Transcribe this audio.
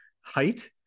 height